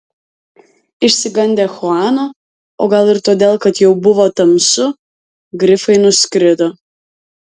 išsigandę chuano o gal ir todėl kad jau buvo tamsu grifai nuskrido